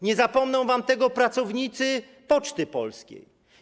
Nie zapomną wam tego pracownicy Poczty Polskiej.